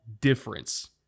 difference